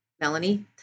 Melanie